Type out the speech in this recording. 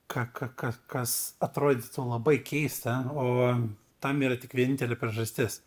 ka ka ka kas atrodytų labai keista o tam yra tik vienintelė priežastis